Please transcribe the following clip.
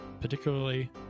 particularly